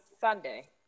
Sunday